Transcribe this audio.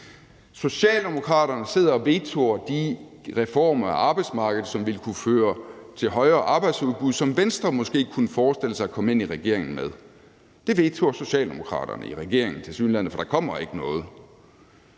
Socialdemokraterne sidder og vetoer de reformer af arbejdsmarkedet, som ville kunne føre til højere arbejdsudbud, og som Venstre måske kunne forestille sig at komme ind i regeringen med. Det vetoer Socialdemokraterne i regeringen tilsyneladende, for der kommer ikke noget.